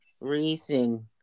reason